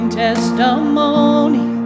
testimony